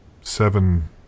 seven